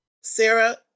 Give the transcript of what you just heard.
Sarah